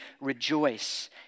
rejoice